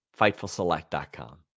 Fightfulselect.com